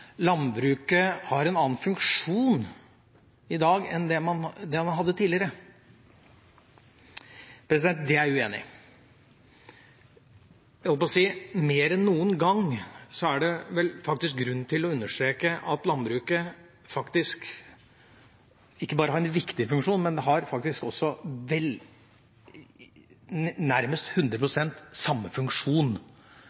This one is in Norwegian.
landbruket har en annen funksjon i dag enn det det hadde tidligere. Det er jeg uenig i. Mer enn noen gang er det vel grunn til å understreke at landbruket ikke bare har en viktig funksjon, det har faktisk også